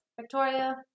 Victoria